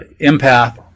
Empath